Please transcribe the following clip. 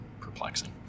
perplexing